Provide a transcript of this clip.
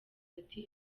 ati